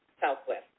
southwest